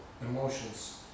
emotions